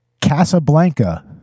casablanca